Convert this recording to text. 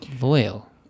Loyal